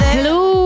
Hello